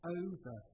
over